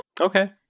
okay